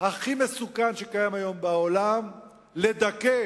הכי מסוכן שקיים היום בעולם לדכא